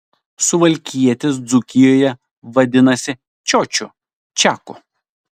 suvalkietis dzūkijoje vadinasi čiočiu čiaku